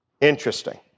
Interesting